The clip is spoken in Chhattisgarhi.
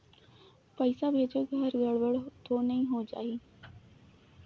पइसा भेजेक हर गड़बड़ तो नि होए जाही?